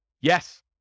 Yes